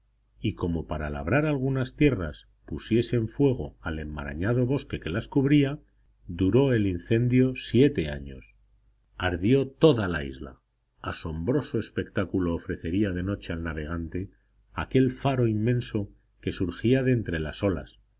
y como para labrar algunas tierras pusiesen fuego al enmarañado bosque que las cubría duró el incendio siete años ardió toda la isla asombroso espectáculo ofrecería de noche al navegante aquel faro inmenso que surgía de entre las olas